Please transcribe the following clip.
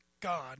God